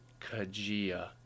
Kajia